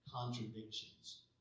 Contradictions